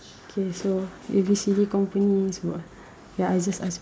okay so A B C D company ya I just ask first